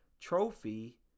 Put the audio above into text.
trophy